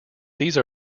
these